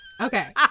Okay